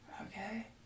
Okay